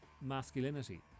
masculinity